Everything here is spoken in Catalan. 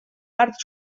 part